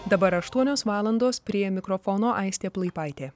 dabar aštuonios valandos prie mikrofono aistė plaipaitė